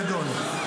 אז אתה טועה בגדול.